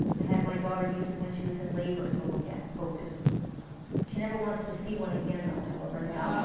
had my daughter use it when she was in labor to look at, focus she never wants to see one again though, however now.